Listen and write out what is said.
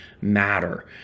matter